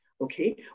Okay